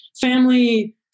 family